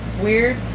weird